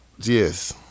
Yes